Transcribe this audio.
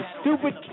Stupid